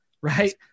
right